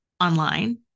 online